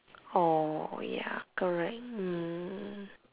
orh ya correct mm